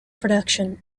production